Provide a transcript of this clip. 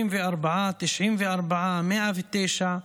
74, 94, 109,